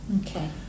Okay